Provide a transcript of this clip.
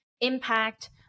impact